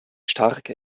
starke